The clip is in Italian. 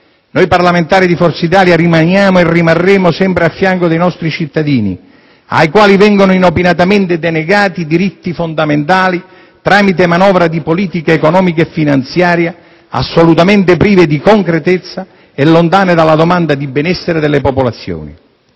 Noi parlamentari di Forza Italia rimaniamo e rimarremo sempre a fianco dei nostri cittadini, ai quali vengono inopinatamente denegati diritti fondamentali tramite manovre di politica economica e finanziaria assolutamente prive di concretezza e lontane dalla domanda di benessere delle popolazioni,